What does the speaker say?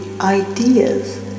ideas